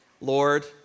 Lord